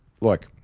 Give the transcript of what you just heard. look